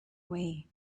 wii